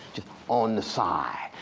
on the side.